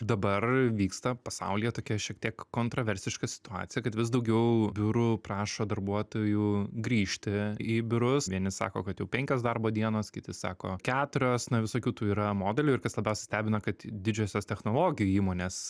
dabar vyksta pasaulyje tokia šiek tiek kontraversiška situacija kad vis daugiau biurų prašo darbuotojų grįžti į biurus vieni sako kad jau penkios darbo dienos kiti sako keturios na visokių tų yra modelių ir kas labiausiai stebina kad didžiosios technologijų įmonės